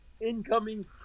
incoming